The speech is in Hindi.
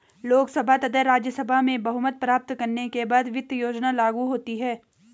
लोकसभा तथा राज्यसभा में बहुमत प्राप्त करने के बाद वित्त योजना लागू होती है